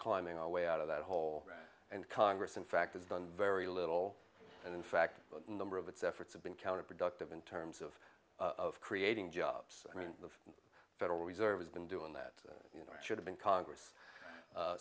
climbing our way out of that hole and congress in fact is done very little and in fact a number of its efforts have been counterproductive in terms of of creating jobs i mean the federal reserve has been doing that you know should have been congress